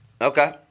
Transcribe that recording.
Okay